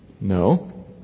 No